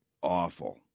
Awful